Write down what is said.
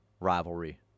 rivalry